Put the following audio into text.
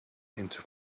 into